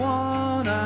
one